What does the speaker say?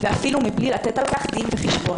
ואפילו מבלי לתת על כך דין וחשבון.